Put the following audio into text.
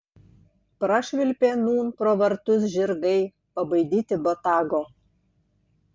prašvilpė nūn pro vartus žirgai pabaidyti botago